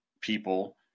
people